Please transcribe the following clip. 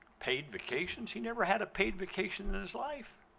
paid vacations. he never had a paid vacation in his life.